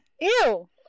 Ew